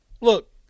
look